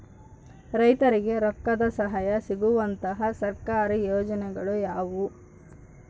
ರೈತರಿಗೆ ರೊಕ್ಕದ ಸಹಾಯ ಸಿಗುವಂತಹ ಸರ್ಕಾರಿ ಯೋಜನೆಗಳು ಯಾವುವು?